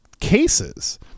cases